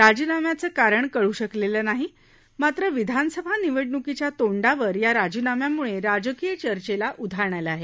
राजीनाम्याचं कारण कळू शकलेलं नाही मात्र विधानसभा निवडणुकीच्या तोंडावर या राजीनाम्यामुळे राजकीय चर्चेला उधाण आलं आहे